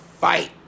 fight